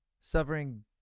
suffering